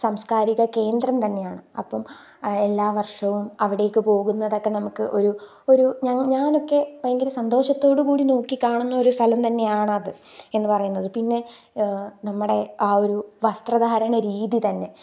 സാംസ്കാരിക കേന്ദ്രം തന്നെയാണ് അപ്പം എല്ലാ വർഷവും അവിടേക്ക് പോകുന്നതൊക്കെ നമുക്ക് ഒരു ഒരു ഞാനൊക്കെ ഭയങ്കര സന്തോഷത്തോടുകൂടി നോക്കി കാണുന്നൊരു സ്ഥലം തന്നെയാണത് എന്ന് പറയുന്നത് പിന്നെ നമ്മുടെ ആ ഒരു വസ്ത്രധാരണ രീതിതന്നെ